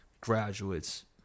graduates